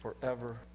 forever